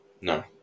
No